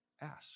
Ask